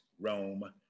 Rome